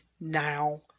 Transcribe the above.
now